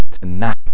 tonight